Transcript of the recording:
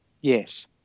yes